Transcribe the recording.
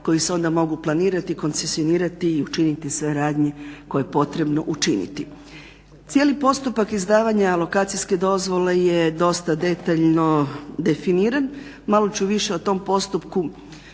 koji se onda mogu planirati i koncesionirati i učiniti sve radnje koje je potrebno učiniti. Cijeli postupak izdavanja lokacijske dozvole je dosta detaljno definiran. Malo ću više o tom postupku